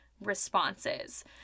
responses